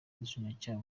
ubushinjacyaha